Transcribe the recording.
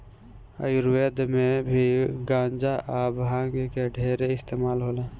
आयुर्वेद मे भी गांजा आ भांग के ढेरे इस्तमाल होला